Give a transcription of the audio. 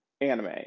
anime